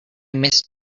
missed